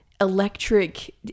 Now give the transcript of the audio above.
electric